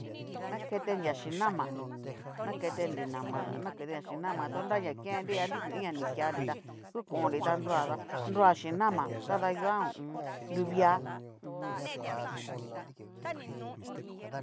Naketenria chín nama, naketenri nama naketenria chín nama tu nraña kennri o nrugu iin ña ni keanri tá ngu konnri ta nroa, ta nroa chín nama naguan hu u un. nruvia u jum.